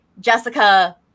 jessica